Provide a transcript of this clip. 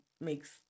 makes